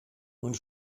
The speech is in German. und